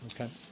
Okay